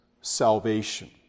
salvation